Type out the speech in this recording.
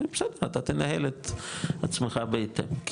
בסדר אז אתה תנהל את עצמך בהתאם,